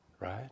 right